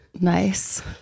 Nice